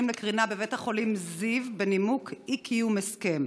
לקרינה בבית החולים זיו בנימוק של "אי-קיום הסכם",